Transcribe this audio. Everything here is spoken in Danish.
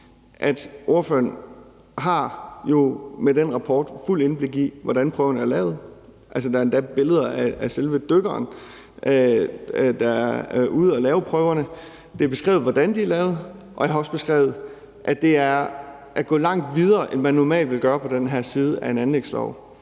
at ordføreren jo med den rapport har fuldt indblik i, hvordan prøverne er lavet. Der er endda billeder af selve dykkeren, der er ude at lave prøverne. Det er beskrevet, hvordan de er lavet, og jeg har også beskrevet, at det er at gå langt videre, end man normalt ville gøre på den her side af en anlægslov.